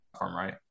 right